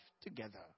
together